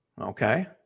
okay